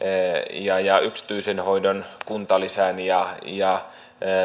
ja ja yksityisen hoidon kuntalisän ja ja